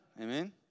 Amen